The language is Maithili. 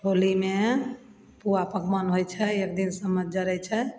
होलीमे पुआ पकवान होइ छै एक दिन सम्मत जड़य छै